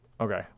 okay